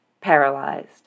paralyzed